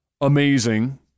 amazing